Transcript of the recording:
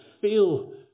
feel